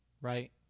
right